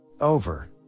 Over